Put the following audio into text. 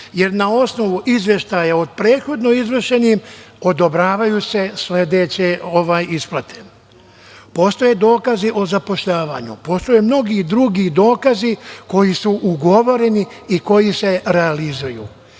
jer na osnovu izveštaja o prethodno izvršenim odobravaju se sledeće isplate. Postoje dokazi o zapošljavanju. Postoje mnogi drugi dokazi koji su ugovoreni i koji se realizuju.